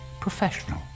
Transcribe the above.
professional